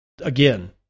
Again